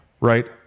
right